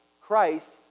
Christ